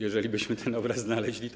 Jeżelibyśmy ten obraz znaleźli, to.